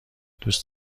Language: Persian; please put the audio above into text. دوست